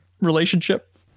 relationship